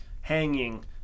hanging